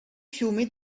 fiumi